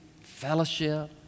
fellowship